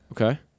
Okay